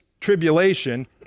tribulation